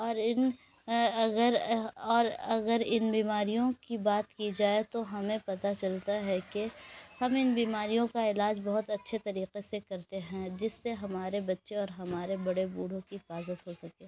اور ان اگر اور اگر ان بیماریوں کی بات جائے تو ہمیں پتہ چلتا ہے کہ ہمیں ان بیماریوں کا علاج بہت اچھے طریقے سے کرتے ہیں جس سے ہمارے بچے اور ہمارے بڑے بوڑھوں کی حفاظت ہوسکے